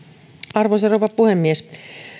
arvoisa rouva puhemies